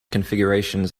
configurations